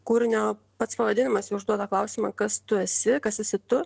kūrinio pats pavadinimas jau užduoda klausimą kas tu esi kas esi tu